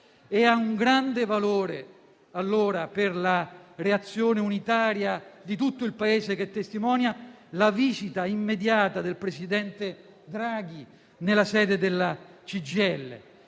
Ha un grande valore, allora - per la reazione unitaria di tutto il Paese che testimonia - la visita immediata del presidente Draghi nella sede della CGIL,